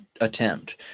attempt